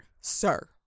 Sir